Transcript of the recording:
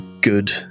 good